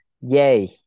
Yay